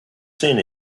seeing